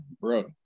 bro